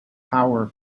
power